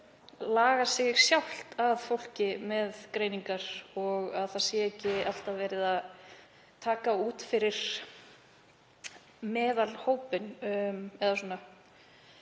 laga sig sjálft að fólki með greiningar, að það sé ekki alltaf verið að taka það út fyrir meðalhópinn. Ég